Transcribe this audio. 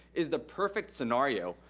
is the perfect scenario,